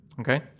Okay